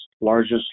largest